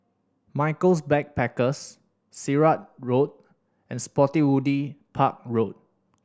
Michaels Backpackers Sirat Road and Spottiswoode Park Road